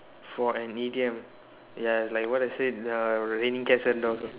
for an idiom ya it's like what I said uh raining and cats and dogs uh